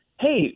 Hey